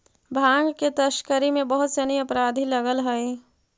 भाँग के तस्करी में बहुत सनि अपराधी लगल हइ